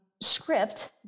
script